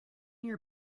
your